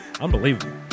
Unbelievable